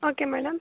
okay madam